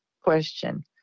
question